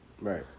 Right